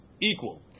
equal